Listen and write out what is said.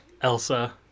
Elsa